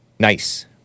Nice